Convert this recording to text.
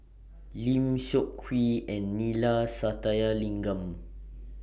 Lim Seok Hui and Neila Sathyalingam